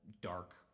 dark